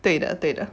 对的对的